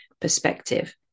perspective